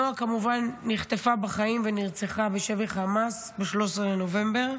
נועה כמובן נחטפה בחיים ונרצחה בשבי חמאס ב-13 בנובמבר,